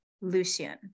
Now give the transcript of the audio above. Lucian